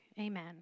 amen